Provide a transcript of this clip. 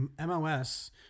MOS